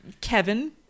Kevin